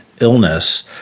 illness